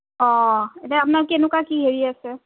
অঁ এনেই আপোনাৰ কেনেকুৱা কি হেৰি আছে